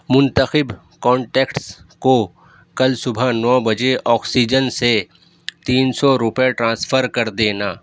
منتخب کانٹیکٹس کو کل صبح نو بجے آکسیجن سے تین سو روپئے ٹرانسفر کر دینا